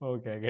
Okay